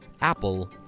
Apple